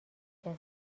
کثیف